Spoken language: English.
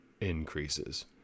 increases